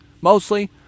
mostly